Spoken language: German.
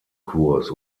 kurs